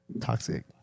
toxic